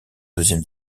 deuxième